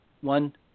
one